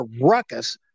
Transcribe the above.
ruckus